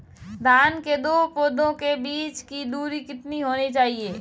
धान के दो पौधों के बीच की दूरी कितनी होनी चाहिए?